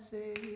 Say